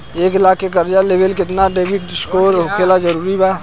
एक लाख के कर्जा लेवेला केतना क्रेडिट स्कोर होखल् जरूरी बा?